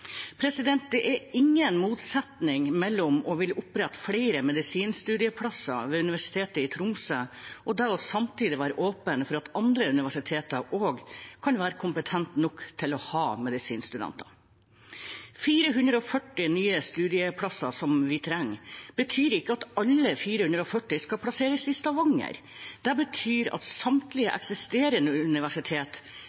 Det er ingen motsetning mellom å ville opprette flere medisinstudieplasser ved Universitetet i Tromsø og samtidig være åpne for at også andre universiteter kan være kompetente nok til å ha medisinstudier. 440 nye studieplasser, som vi trenger, betyr ikke at alle 440 skal plasseres i Stavanger; det betyr at samtlige